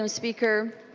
um speaker.